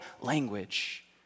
language